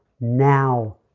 now